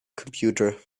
computer